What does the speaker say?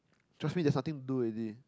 trust me there's nothing to do already